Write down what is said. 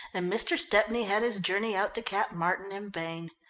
and mr. stepney had his journey out to cap martin in vain.